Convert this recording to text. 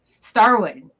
Starwood